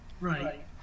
Right